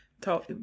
talk